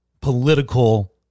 political